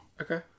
Okay